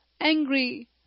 angry